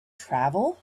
travel